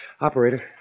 Operator